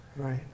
Right